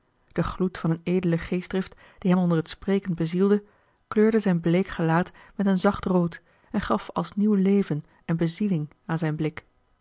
de gloed van eene edele geestdrift die hem onder het spreken bezielde kleurde zijn bleek gelaat met een zacht rood en gaf als nieuw leven en bezieling aan zijn blik